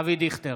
אבי דיכטר,